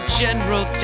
general